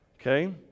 Okay